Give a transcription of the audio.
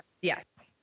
Yes